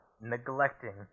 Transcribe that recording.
neglecting